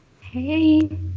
Hey